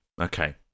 Okay